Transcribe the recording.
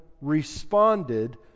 responded